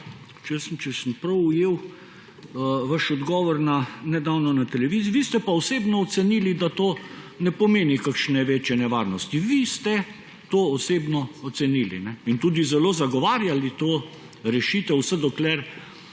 če sem prav ujel vaš odgovor nedavno na televiziji, osebno ocenili, da to ne pomeni kašne večje nevarnosti. Vi ste to osebno ocenili in tudi zelo zagovarjali to rešitev, vse dokler ni